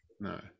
No